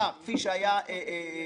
רק הבוקר הוא התפרסם.